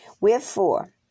Wherefore